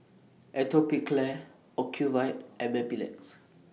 Atopiclair Ocuvite and Mepilex